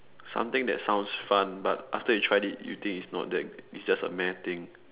something that sounds fun but after you tried it you think it's not that it's just a meh thing